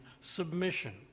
submission